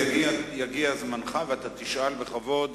יגיע זמנך ואתה תשאל בכבוד,